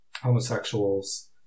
homosexuals